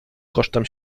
kosztem